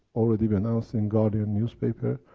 already but announced in guardian newspaper,